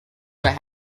what